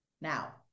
Now